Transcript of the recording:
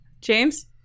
James